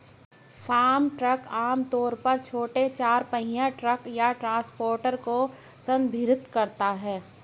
farm truck आम तौर पर छोटे चार पहिया ट्रक या ट्रांसपोर्टर को संदर्भित करता है